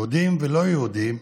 יהודיים ולא יהודיים,